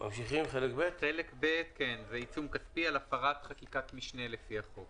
חלק ב' (סעיף 52(ב)) עיצום כספי על הפרת תקנות לפי החוק